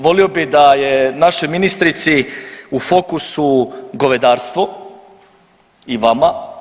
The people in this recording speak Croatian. Volio bih da je našoj ministrici u fokusu govedarstvo i vama.